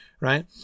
right